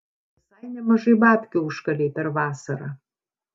visai nemažai babkių užkalei per vasarą